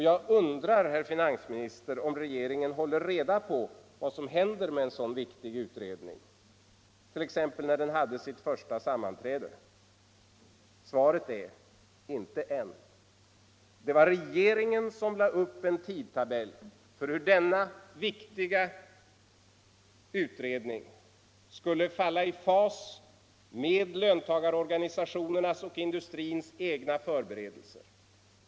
Jag undrar, herr finansminister, om regeringen håller reda på vad som händer med en sådan viktig utredning. När hade den t.ex. sitt första sammanträde? Svaret är: Inte än. Det var regeringen som lade upp en tidtabell för denna viktiga utredning så att arbetet skulle falla i fas med löntagarorganisationerna och industrins egna förberedelser.